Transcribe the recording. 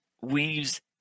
weaves